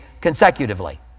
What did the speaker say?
consecutively